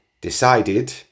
decided